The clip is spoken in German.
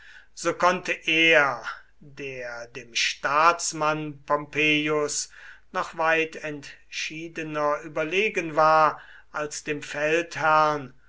so konnte er der dem staatsmann pompeius noch weit entschiedener überlegen war als dem feldherrn